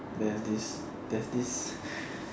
there's this there's this